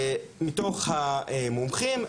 מתוך המומחים,